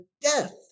death